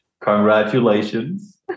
Congratulations